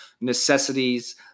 necessities